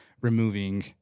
removing